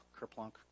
kerplunk